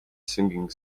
singing